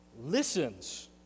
Listens